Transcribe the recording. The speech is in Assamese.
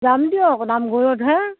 যাম দিয়ক নামঘৰতহে